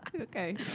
okay